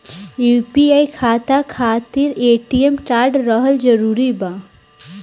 UPI खाता खातिर ATM card रहल जरूरी बा?